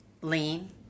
lean